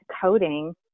coding